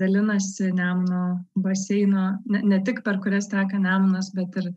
dalinasi nemuno baseiną ne tik per kurias teka nemunas bet ir